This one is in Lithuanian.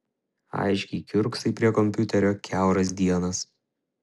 aiškiai kiurksai prie kompiuterio kiauras dienas